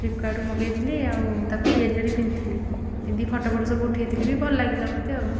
ଫ୍ଲିପକାର୍ଟରୁ ମଗାଇଥିଲି ଆଉ ତାକୁ ତିଆରି କରି ପିନ୍ଧିଥିଲି ପିନ୍ଧି ଫଟୋ ଫଟୋ ସବୁ ଉଠାଇଥିଲି ବି ଭଲ ଲାଗିଲା ମୋତେ ଆଉ